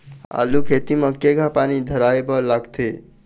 आलू खेती म केघा पानी धराए बर लागथे?